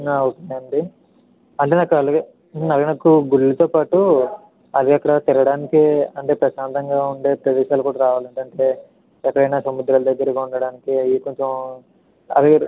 okay అండి అలాగే అలాగే నాకు గుళ్ళతో పాటు అంటే అవి అక్కడ తిరగడానికి అంటే ప్రశాంతగా ఉండేటట్టు ప్రదేశాలు కూడా కావాలండి అంటే ఎక్కడైనా సముద్రాల దగ్గరగా ఉండడానికి అవి కొంచెం అవి